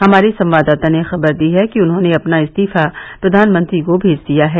हमारे संवाददाता ने खबर दी है कि उन्होंने अपना इस्तीफा प्रधानमंत्री को मेज दिया है